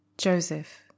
Joseph